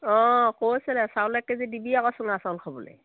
অঁ কৈছিলে চাউল এক কেজি দিবি আকৌ চুঙা চাউল খাবলৈ